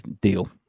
deal